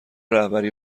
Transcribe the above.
رهبری